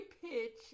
pitch